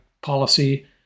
policy